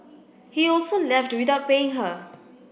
he also left without paying her